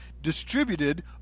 distributed